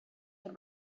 had